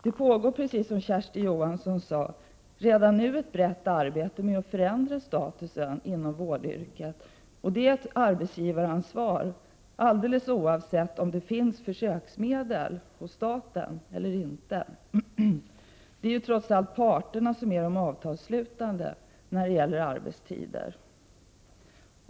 Det pågår, som Kersti Johansson sade, redan nu ett brett arbete med att förändra statusen inom vårdyrket, och det är ett arbetsgivaransvar, oavsett om det finns försöksmedel hos staten eller inte. Det är trots allt parterna som är de avtalsslutande när det gäller arbetstider.